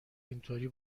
اینطوری